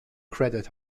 credit